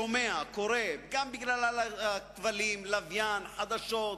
שומע, קורא, גם בגלל הכבלים, הלוויין, החדשות,